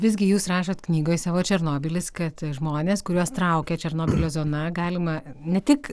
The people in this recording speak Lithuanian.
visgi jūs rašot knygoj savo černobylis kad žmonės kuriuos traukia černobylio zona galima ne tik